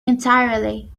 entirely